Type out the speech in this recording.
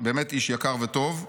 באמת איש יקר וטוב.